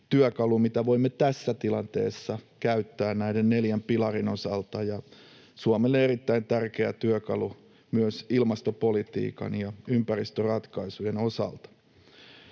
mitä voimme tässä tilanteessa käyttää näiden neljän pilarin osalta, ja Suomelle erittäin tärkeä työkalu myös ilmastopolitiikan ja ympäristöratkaisujen osalta.